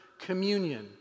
communion